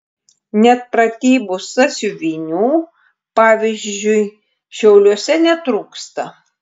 net pratybų sąsiuvinių pavyzdžiui šiauliuose netrūksta